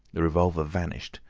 the revolver vanished,